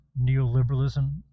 neoliberalism